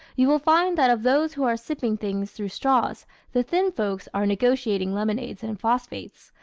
you will find that of those who are sipping things through straws the thin folks are negotiating lemonades and phosphates,